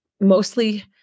Mostly